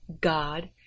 God